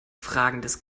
fragendes